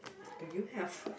do you have